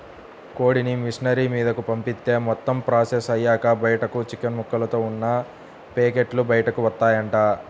కోడిని మిషనరీ మీదకు పంపిత్తే మొత్తం ప్రాసెస్ అయ్యాక బయటకు చికెన్ ముక్కలతో ఉన్న పేకెట్లు బయటకు వత్తాయంట